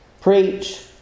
Preach